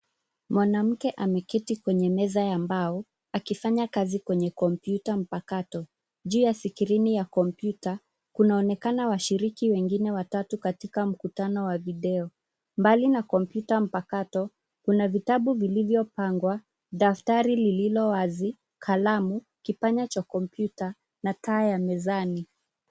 Mwanamke ameketi kwenye meza ya mbao akifanya kazi kwenye kompyuta mpakato. Juu ya skrini ya kompyuta, kunaonekana washiriki wengine watatu katika mkutano wa video. Mbali na kompyuta mpakato kuna vitabu vilivyopangwa, daftari lililo wazi, kalamu, kipanya cha kompyuta na taa ya mezani.